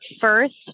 first